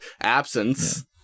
absence